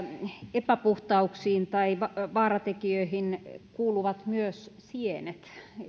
epäpuhtauksiin tai vaaratekijöihin kuuluvat myös sienet